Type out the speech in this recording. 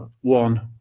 one